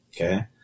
okay